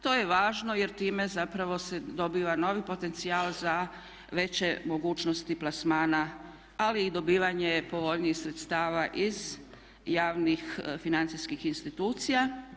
To je važno jer time zapravo se dobiva novi potencijal za veće mogućnosti plasmana ali i dobivanje povoljnijih sredstava iz javnih financijskih institucija.